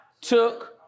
took